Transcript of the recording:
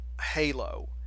halo